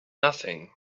nothing